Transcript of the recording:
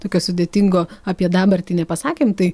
tokio sudėtingo apie dabartį nepasakėm tai